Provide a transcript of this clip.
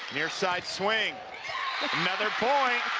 near side swing another point.